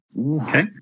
Okay